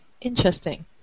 interesting